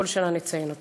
שבכל שנה נציין אותו.